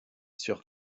sur